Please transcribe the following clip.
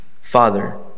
Father